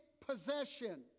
possession